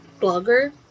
Blogger